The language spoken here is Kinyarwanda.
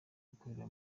gukorera